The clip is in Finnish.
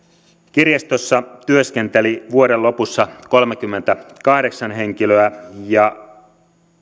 kirjastossa työskenteli vuoden lopussa kolmekymmentäkahdeksan henkilöä ja